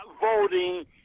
voting